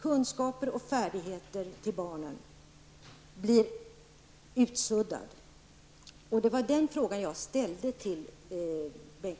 kunskaper och färdigheter till barnen, också blir utsuddad. Det var det som min fråga till Bengt Lindqvist gällde.